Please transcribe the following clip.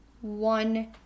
one